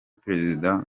perezida